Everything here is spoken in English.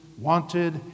wanted